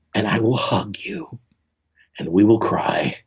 and i will hug you and we will cry